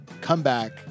comeback